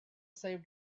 same